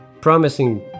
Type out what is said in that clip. promising